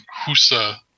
Husa